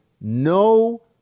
no